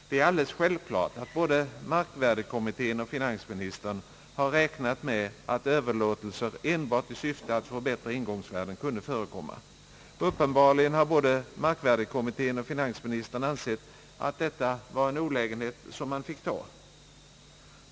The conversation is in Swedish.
Det är alldeles självklart att både markvärdekommittén och finansministern har räknat med att överlåtelser enbart i syfte att förbättra ingångsvärden kunde förekomma. Uppenbarligen har både markvärdekommittén och finansministern ansett att detta var en olägenhet som man fick ta.